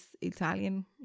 Italian